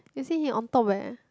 you see he on top eh